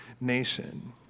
nation